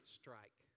strike